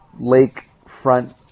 lakefront